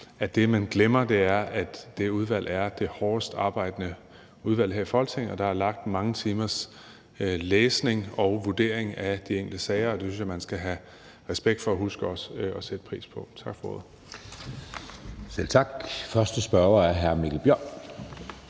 at det, man glemmer, er, at det udvalg er det hårdest arbejdende udvalg her i Folketinget. Der er lagt mange timers læsning i at vurdere de enkelte sager, og det synes jeg man skal have respekt for og også huske at sætte pris på. Tak for ordet. Kl. 12:30 Anden næstformand